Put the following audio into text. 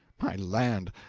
my land,